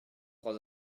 trois